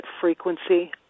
frequency